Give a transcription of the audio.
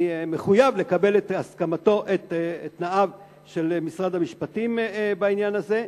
אני מחויב לקבל את תנאיו של משרד המשפטים בעניין הזה.